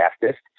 fastest